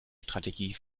strategie